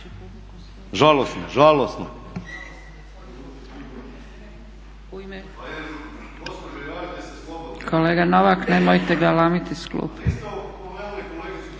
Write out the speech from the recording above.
Žalosno, žalosno.